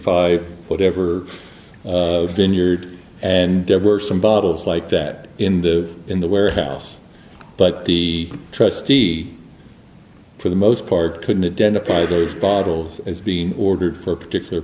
five whatever vineyard and there were some bottles like that in the in the warehouse but the trustee for the most part couldn't a dent apply those bottles as being ordered for a particular